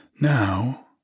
Now